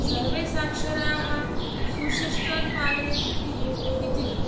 सर्वे साक्षराः सुशिष्टान् पालयन्ति इति न